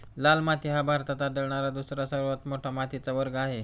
लाल माती हा भारतात आढळणारा दुसरा सर्वात मोठा मातीचा वर्ग आहे